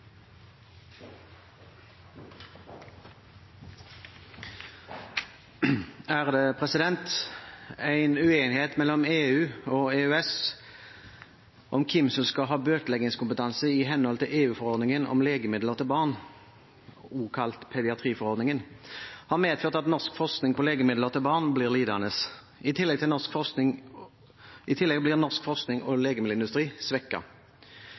En uenighet mellom EU og EØS-landene om hvem som skal ha bøteleggingskompetanse i henhold til EU-forordningen om legemidler til barn, også kalt pediatriforordningen, har medført at norsk forskning på legemidler til barn blir lidende. I tillegg blir norsk forskning